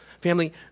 Family